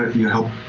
you help